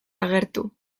agertu